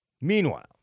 meanwhile